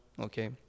Okay